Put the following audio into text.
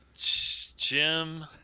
Jim